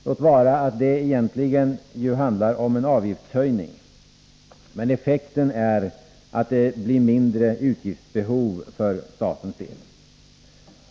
Låt vara att det egentligen handlar om en avgiftshöjning, men effekten är att det blir mindre utgiftsbehov för statens del.